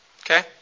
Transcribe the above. Okay